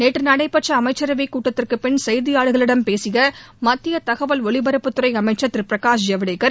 நேற்று நடைபெற்ற அமைச்சரவைக் கூட்டத்திற்குபின் செய்தியாளர்களிடம் பேசிய மத்திய தகவல் ஒலிபரப்புத்துறை அமைச்சர் திரு பிரகாஷ் ஜவ்டேகர்